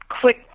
quick